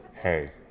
Hey